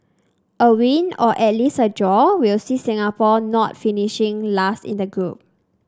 a win or at least a draw will see Singapore not finishing last in the group